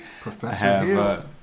Professional